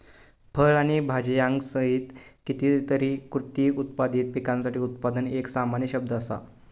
फळ आणि भाजीयांसहित कितीतरी कृषी उत्पादित पिकांसाठी उत्पादन एक सामान्य शब्द असा